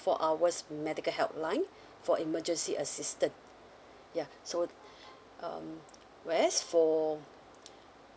four hours medical helpline for emergency assistant ya so um whereas for